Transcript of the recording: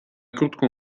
krótką